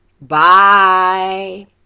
Bye